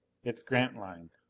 it's grantline!